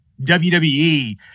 WWE